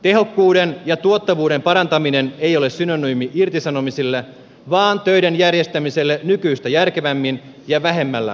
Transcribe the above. tehokkuuden ja tuottavuuden parantaminen ei ole synonyymi irtisanomisille vaan töiden järjestämiselle nykyistä järkevämmin ja vähemmällä hallinnolla